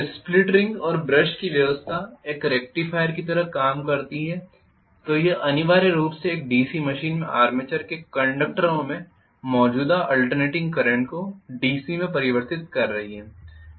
तो split ring और brush की व्यवस्था एक रेक्टिफायर की तरह काम करती है तो यह अनिवार्य रूप से एक डीसी मशीन में आर्मेचर के कंडक्टरों में मौजूद आल्टर्नेटिंग करंट को डीसी में परिवर्तित कर रही है